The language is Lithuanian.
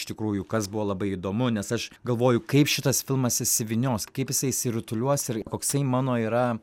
iš tikrųjų kas buvo labai įdomu nes aš galvoju kaip šitas filmas išsivynios kaip jisai išsirutuliuos ir koksai mano yra